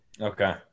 Okay